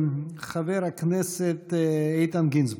חבר הכנסת איתן גינזבורג.